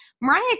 Mariah